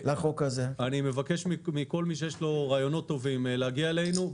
אני מבקש מכל מי שיש לו רעיונות טובים להגיע אלינו,